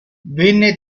venne